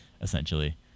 essentially